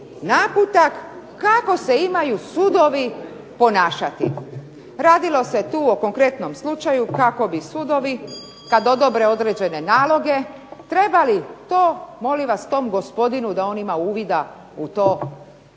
naputak kako se imaju sudovi ponašati. Radilo se tu o konkretnom slučaju kako bi sudovi kad odobre određene naloge trebali to molim vas tom gospodinu da on ima uvida u to obavještavati